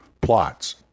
plots